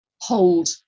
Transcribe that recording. hold